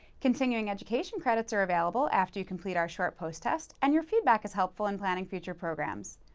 continuing education credits are available after you complete our short post test and your feedback is helpful in planning future programs.